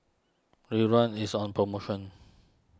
Ridwind is on promotion